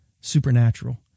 supernatural